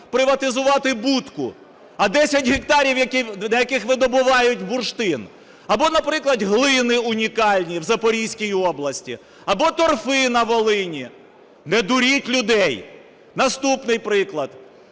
приватизувати будку? А 10 гектарів, на яких видобувають бурштин, або, наприклад, глини унікальні в Запорізькій області, або торфи на Волині? Не дуріть людей. Наступний приклад.